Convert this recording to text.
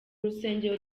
rusengero